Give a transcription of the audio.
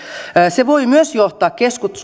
se voi myös johtaa